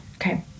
Okay